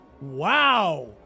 Wow